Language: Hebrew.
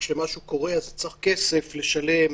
כשמשהו קורה צריך כסף לשלם,